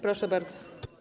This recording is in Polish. Proszę bardzo.